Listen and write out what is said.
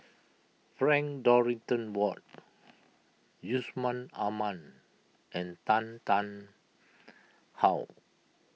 Frank Dorrington Ward Yusman Aman and Tan Tarn How